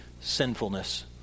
sinfulness